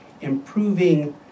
improving